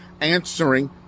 answering